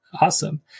Awesome